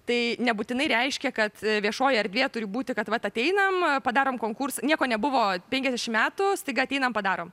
tai nebūtinai reiškia kad viešoji erdvė turi būti kad vat ateinam padarom konkursą nieko nebuvo penkiasdešimt metų staiga ateinam padarom